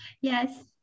Yes